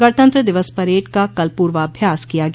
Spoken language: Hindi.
गणतंत्र दिवस परेड का कल पूर्वाभ्यास किया गया